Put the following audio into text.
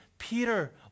Peter